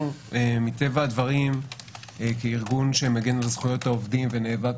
מטבע הדברים כארגון שדואג לזכויות עובדים ונאבק